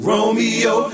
Romeo